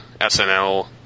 SNL